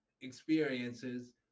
experiences